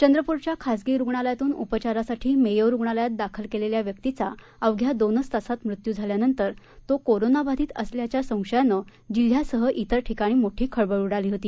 चंद्रपूरच्या खासगी रुग्णालयातून उपचारासाठी मेयो रुग्णालयात दाखल केलेल्या व्यक्तीचा अवघ्या दोनच तासात मृत्यू झाल्यानंतर तो कोरोना बाधित असल्याचा संशयाने जिल्ह्यासह त्रर ठिकाणी मोठी खळबळ उडाली होती